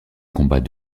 combat